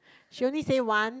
she only say once